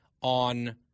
on